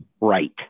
right